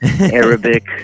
Arabic